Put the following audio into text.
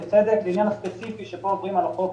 בצדק העניין הספציפי שבו עוברים על החוק,